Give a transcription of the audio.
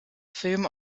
film